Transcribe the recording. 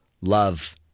love